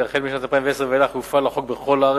משנת 2010 ואילך יופעל החוק בכל הארץ,